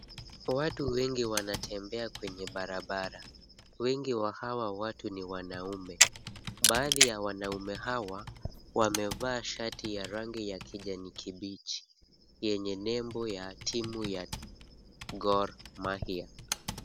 Watu wengi wanatembea kwenye barabara, wengi wa hawa watu ni wanaume. Baadhi ya wanaume hawa wamevaa shati ya rangi ya kijani kibichi, yenye nembo ya timu ya Gor Mahia.